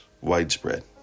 widespread